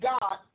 God